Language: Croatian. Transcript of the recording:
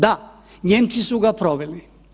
Da, Nijemci su ga proveli.